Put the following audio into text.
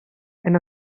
and